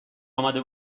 آمده